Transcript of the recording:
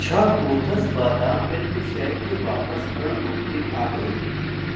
छा कोथस बादाम मिल्क शइ खे वापसि करणु मुमक़िन आहे